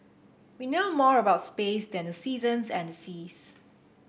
we know more about space than the seasons and the seas